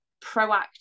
proactive